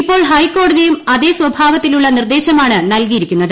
ഇപ്പോൾ ഹൈക്കോടതിയും അതേ സ്വഭാവത്തിലുള്ള നിർദ്ദേശമാണ് നൽകിയിരിക്കുന്നത്